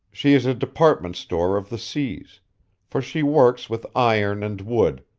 she is a department store of the seas for she works with iron and wood,